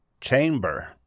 Chamber